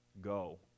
Go